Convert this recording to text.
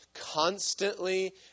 constantly